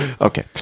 Okay